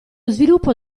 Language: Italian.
sviluppo